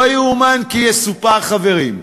לא יאומן כי יסופר, חברים.